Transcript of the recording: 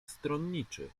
stronniczy